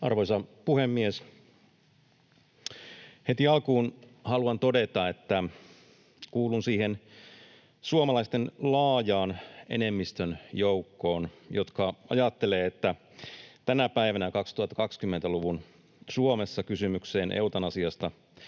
Arvoisa puhemies! Heti alkuun haluan todeta, että kuulun siihen suomalaisten laajaan enemmistön joukkoon, jotka ajattelevat, että tänä päivänä, 2020-luvun Suomessa, kysymykseen eutanasiasta